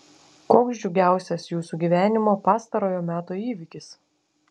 koks džiugiausias jūsų gyvenimo pastarojo meto įvykis